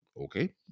Okay